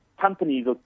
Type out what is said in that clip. companies